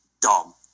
dumb